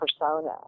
persona